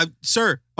sir